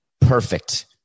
perfect